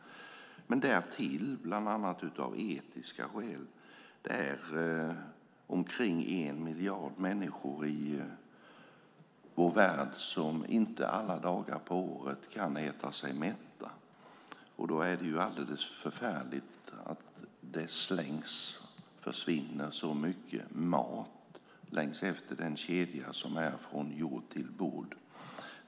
Därtill kommer de etiska skälen. Det är omkring en miljard människor i vår värld som inte alla dagar på året kan äta sig mätta. Då är det förfärligt att det slängs och försvinner så mycket mat i kedjan från jord till bord.